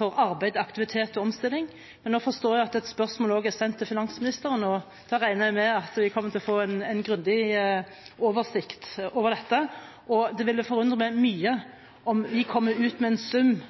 arbeid, aktivitet og omstilling. Nå forstår jeg at det også er sendt et spørsmål til finansministeren, og da regner jeg med at vi kommer til å få en grundig oversikt over dette. Det ville forundre meg mye om vi kommer ut med en sum